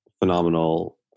phenomenal